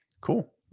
cool